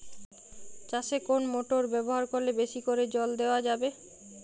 চাষে কোন মোটর ব্যবহার করলে বেশী করে জল দেওয়া যাবে?